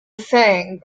fang